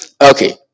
Okay